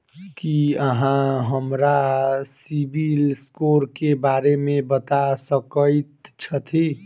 की अहाँ हमरा CIBIL score क बारे मे बता सकइत छथि?